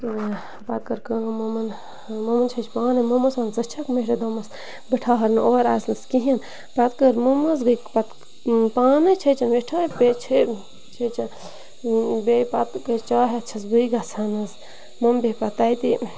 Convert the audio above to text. پَتہٕ کٔر کٲم مۅمَن مۅمَن چھٔچ پانَے مۅمن ووَن ژٕ چھَکھ مےٚ تہِ دوٚپمَس بہٕ ٹھہَر نہٕ اورٕ اَژنَس کِہیٖنۍ پَتہٕ کٔر مۅمہٕ حظ گٔے پَتہٕ پانَے چھٔچِن مِٹھٲے پیٚیہِ چھٔچِن بیٚیہِ پَتہٕ گٔے چاے ہٮ۪تھ چھَس بٕے گَژھان حظ مۅمہٕ بیٚہہِ پَتہٕ تَتی